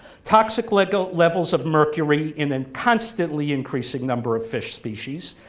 toxic like ah levels of mercury in an constantly increasing number of fish species,